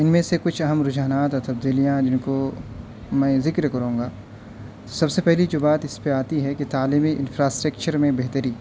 ان میں سے کچھ اہم رجحانات اور تبدیلیاں جن کو میں ذکر کروں گا سب سے پہلی جو بات اس پہ آتی ہے کہ تعلیمی انفراسٹکچر میں بہتری